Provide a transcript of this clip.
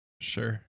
Sure